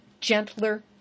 gentler